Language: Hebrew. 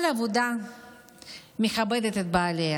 כל עבודה מכבדת את בעליה.